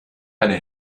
eine